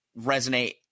resonate